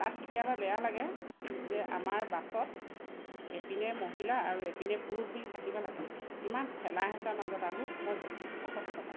তাত কেতিয়াবা বেয়া লাগে যে আমাৰ বাছত এপিনে মহিলা আৰু এপিনে পুৰুষ বুলি থাকিব লাগে ইমান ঠেলা হেঁচাৰ মাজত আহোঁ মই যথেষ্ট কষ্ট পাওঁ